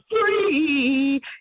free